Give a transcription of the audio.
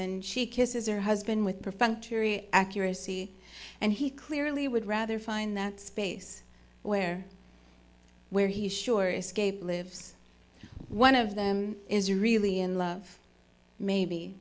and she kisses her husband with perfunctory accuracy and he clearly would rather find that space where where he is sure escape lives one of them is really in love maybe